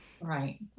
Right